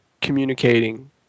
communicating